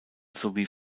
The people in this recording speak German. sowie